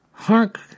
Hark